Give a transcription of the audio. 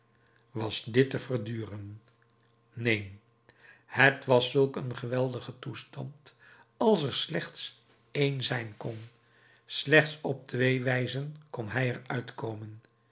was dit te verduren neen het was zulk een geweldige toestand als er slechts een zijn kon slechts op twee wijzen kon hij er uitkomen